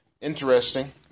interesting